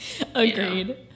agreed